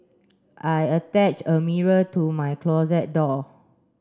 I attach a mirror to my closet door